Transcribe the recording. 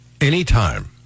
Anytime